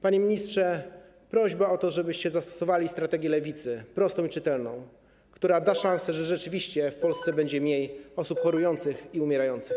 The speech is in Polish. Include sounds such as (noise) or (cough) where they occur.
Panie ministrze, prośba o to, żebyście zastosowali strategię Lewicy prostą i czytelną, która da szansę (noise) na to, że rzeczywiście w Polsce będzie mniej osób chorujących i umierających.